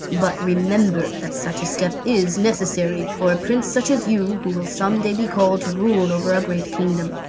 but remember that such a step is necessary, for a prince such as you who will some day be called to rule over a great kingdom.